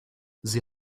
sie